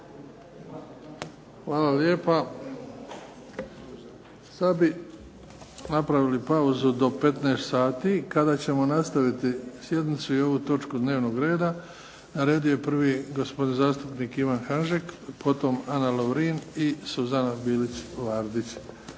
Hvala lijepa. Sad bi napravili pauzu do 15 sati kada ćemo nastaviti sjednicu i ovu točku dnevnog reda. Na redu je prvi gospodin zastupnik Ivan Hanžek, potom Ana Lovrin i Suzana Bilić-Vardić.